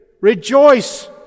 Rejoice